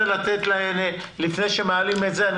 לפני שמעלים את זה להצבעה,